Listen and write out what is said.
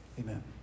Amen